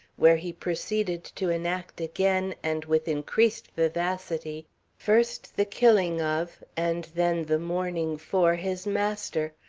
where he proceeded to enact again and with increased vivacity first the killing of and then the mourning for his master,